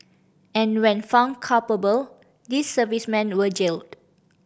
and when found culpable these servicemen were jailed